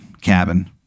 cabin